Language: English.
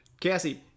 cassie